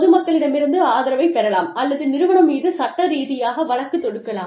பொது மக்களிடமிருந்து ஆதரவைப் பெறலாம் அல்லது நிறுவனம் மீது சட்ட ரீதியாக வழக்கு தொடுக்கலாம்